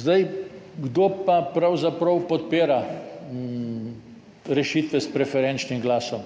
Zdaj, kdo pa pravzaprav podpira rešitve s preferenčnim glasom?